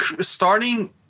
starting